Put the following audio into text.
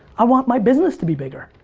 i want my business to be bigger.